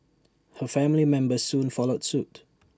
her family members soon followed suit